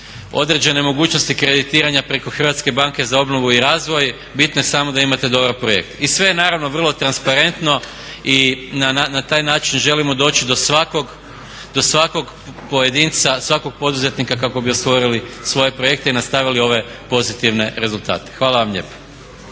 određene mogućnosti kreditiranja preko Hrvatske banke za obnovu i razvoj bitno je samo da imate dobar projekt. I sve je naravno vrlo transparentno i na taj način želimo doći do svakog pojedinca, svakog poduzetnika kako bi ostvarili svoje projekte i nastavili ove pozitivne rezultate. Hvala vam lijepo.